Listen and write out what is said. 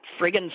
friggin